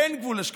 אין גבול לשקרים.